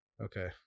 Okay